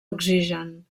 oxigen